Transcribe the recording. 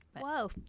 whoa